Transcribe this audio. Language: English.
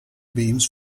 beams